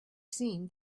seen